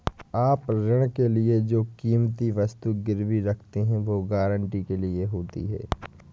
आप ऋण के लिए जो कीमती वस्तु गिरवी रखते हैं, वो गारंटी के लिए होती है